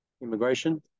immigration